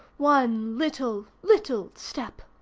one little, little step!